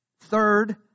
Third